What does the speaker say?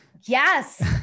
Yes